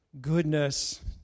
Goodness